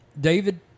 David